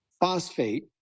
phosphate